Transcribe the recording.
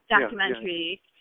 documentary